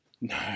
No